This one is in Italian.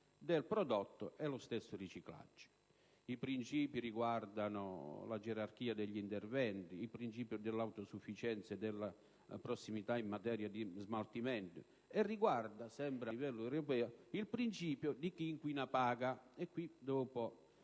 del prodotto e lo stesso riciclaggio. I principi riguardano la gerarchia degli interventi - il principio dell'autosufficienza e della prossimità in materia di smaltimento - e riguardano, sempre a livello europeo, la regola del chi inquina paga (dopo